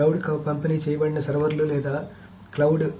cloud పంపిణీ చేయబడిన సర్వర్లు లేదా క్లౌడ్